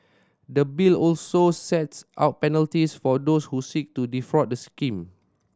the Bill also sets out penalties for those who seek to defraud the scheme